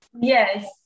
yes